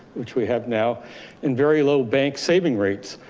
which we have now and very low bank saving rates.